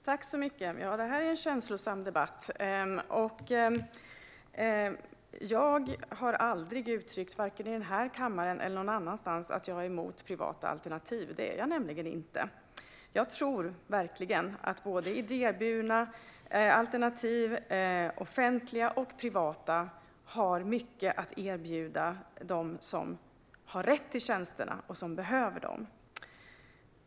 Fru talman! Det här är en känslosam debatt. Jag har aldrig vare sig i den här kammaren eller någon annanstans uttryckt att jag är emot privata alternativ. Det är jag nämligen inte. Jag tror verkligen att idéburna offentliga och privata alternativ har mycket att erbjuda dem som har rätt till tjänsterna och som behöver dem.